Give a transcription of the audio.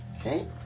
Okay